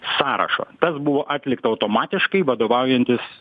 sąrašo tas buvo atlikta automatiškai vadovaujantis